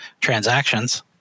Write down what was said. transactions